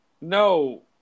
no